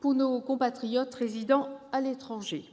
pour nos compatriotes résidant à l'étranger.